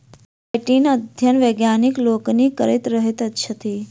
काइटीनक अध्ययन वैज्ञानिक लोकनि करैत रहैत छथि